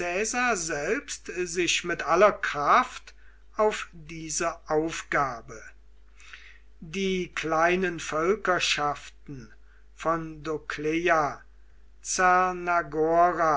selbst sich mit aller kraft auf diese aufgabe die kleinen völkerschaften von doclea